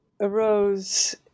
arose